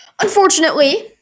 Unfortunately